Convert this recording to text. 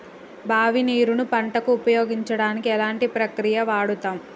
బావి నీరు ను పంట కు ఉపయోగించడానికి ఎలాంటి ప్రక్రియ వాడుతం?